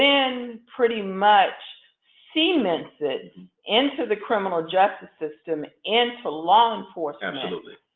then, pretty much cements it into the criminal justice system, into law enforcement. absolutely.